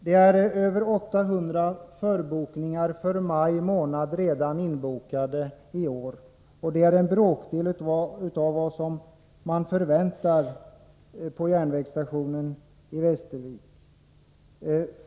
Det har redan gjorts över 800 förbokningar för maj månad i år, vilket är en bråkdel av vad man förväntar på järnvägsstationen i Västervik.